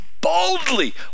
boldly